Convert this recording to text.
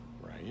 right